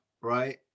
right